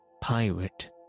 Pirate